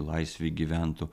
laisvėj gyventų